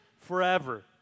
forever